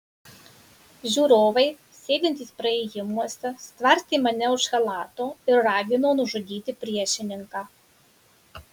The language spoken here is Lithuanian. žiūrovai sėdintys praėjimuose stvarstė mane už chalato ir ragino nužudyti priešininką